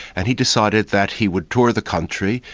and he decided that he would tour the country,